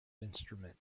instrument